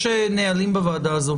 יש נהלים בוועדה הזאת.